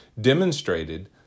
demonstrated